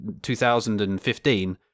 2015